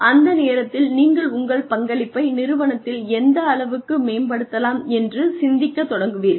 அந்த நேரத்தில் நீங்கள் உங்கள் பங்களிப்பை நிறுவனத்தில் எந்த அளவுக்கு மேம்படுத்தலாம் என்று சிந்திக்க தொடங்குவீர்கள்